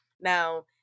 Now